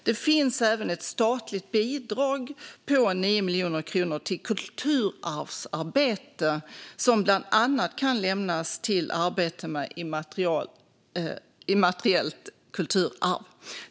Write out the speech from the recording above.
Det finns även ett statligt bidrag på 9 miljoner kronor till kulturarvsarbete som bland annat kan lämnas till arbete med immateriellt kulturarv.